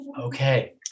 okay